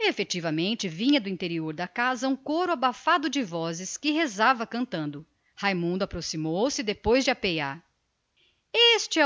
efetivamente vinha do interior da casa um coro abafado de vozes que rezava cantando raimundo aproximou-se depois de apear este